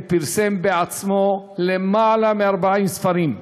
פרסם בעצמו למעלה מ-40 ספרים,